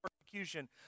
persecution